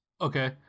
Okay